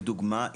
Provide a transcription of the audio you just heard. לדוגמה,